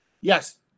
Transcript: yes